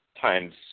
times